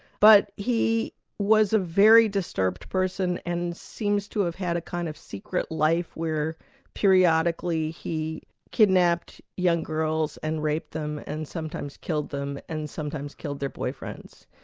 but he was a very disturbed person and he seems to have had a kind of secret life where periodically he kidnapped young girls and raped them and sometimes killed them, and sometimes killed their boyfriends.